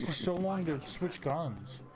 so long that switch comes